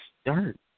start